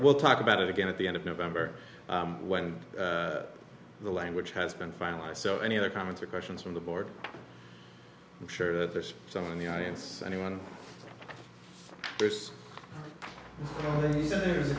we'll talk about it again at the end of november when the language has been finalized so any other comments or questions from the board i'm sure there's someone in the audience anyone there's